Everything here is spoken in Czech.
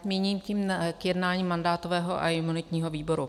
Míním tím k jednání mandátového a imunitního výboru.